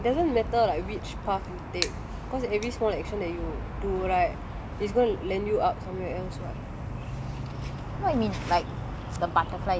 actually I okay it doesn't matter like which path you take cause every small action that you do right is going to land you up somewhere else [what]